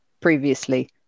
previously